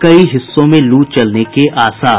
कई हिस्सों में लू चलने के आसार